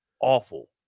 awful